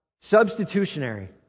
Substitutionary